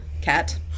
Cat